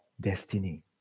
destiny